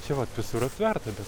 čia vat visur aptverta bet